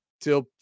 till